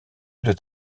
doit